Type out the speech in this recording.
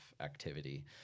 activity